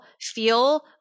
feel